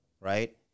right